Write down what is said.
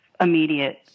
immediate